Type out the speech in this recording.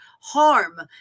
harm